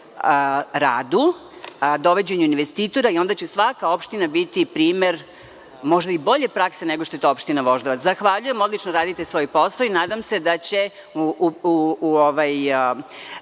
radu, dovođenju investitora i onda će svaka opština biti primer možda i bolje praske nego što je to opština Voždovac. Zahvaljujem, odlično radite svoj posao i nadam se da će u budućem